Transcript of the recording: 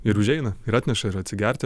ir užeina ir atneša ir atsigerti